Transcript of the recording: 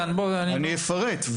אני אפרט.